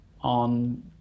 on